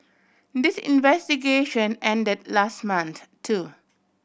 this investigation ended last month too